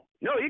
No